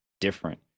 different